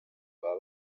baba